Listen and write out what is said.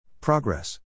Progress